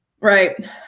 Right